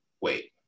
wait